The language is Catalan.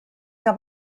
que